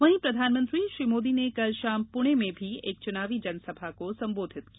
वहीं प्रधानमंत्री श्री मोदी ने कल शाम पुणे में भी एक चुनावी जनसभा को संबोधित किया